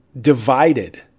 divided